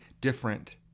different